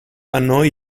annoy